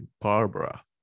Barbara